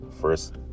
first